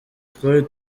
twari